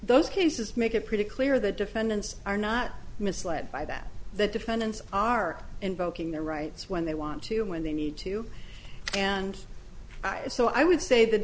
those cases make it pretty clear the defendants are not misled by that the defendants are invoking their rights when they want to when they need to and so i would say th